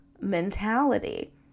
mentality